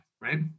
right